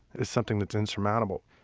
is something that's insurmountable